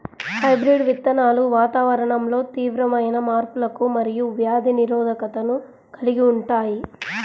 hybrid విత్తనాలు వాతావరణంలో తీవ్రమైన మార్పులకు మరియు వ్యాధి నిరోధకతను కలిగి ఉంటాయి